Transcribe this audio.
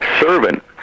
servant